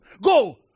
Go